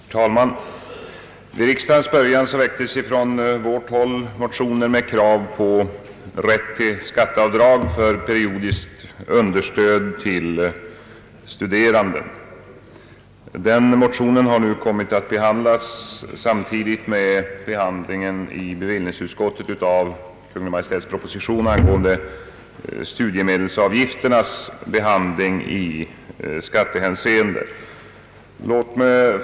Herr talman! Vid vårriksdagens början väcktes från centerpartihåll motioner med krav på rätt till skatteavdrag för periodiskt understöd till studerande. Motionerna har nu i bevillningsutskottet kommit att behandlas samtidigt med Kungl. Maj:ts proposition angående studiemedelsavgifternas behandling i skattehänseende.